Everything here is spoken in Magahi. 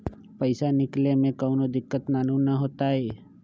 पईसा निकले में कउनो दिक़्क़त नानू न होताई?